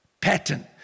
pattern